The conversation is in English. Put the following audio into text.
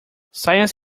science